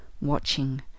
watching